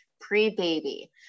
Pre-baby